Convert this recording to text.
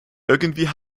irgendwie